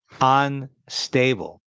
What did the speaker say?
unstable